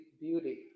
beauty